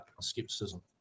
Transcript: skepticism